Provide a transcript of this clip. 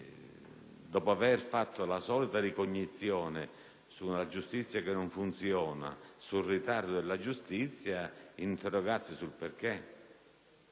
Dopo aver fatto la solita ricognizione sulla giustizia che non funziona, sul ritardo della giustizia, bisogna interrogarsi sui relativi